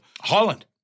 Holland